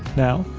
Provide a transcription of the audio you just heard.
now,